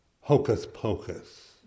hocus-pocus